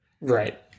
Right